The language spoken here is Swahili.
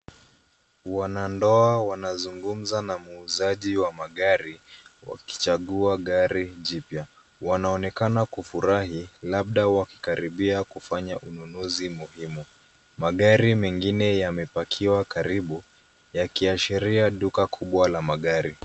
Wanandoa wanazungumza na muuzaji wa magari, wakichagua gari jipya. Wanaonekana kufurahi, labda wakaribia kufanya ununuzi muhimu. Magari mengine yamepakiwa karibu, yakiashiria duka kubwa la magari.